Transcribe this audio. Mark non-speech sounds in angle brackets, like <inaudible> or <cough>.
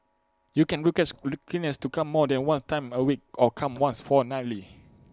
you can request <noise> cleaners to come more than one time A week or come once fortnightly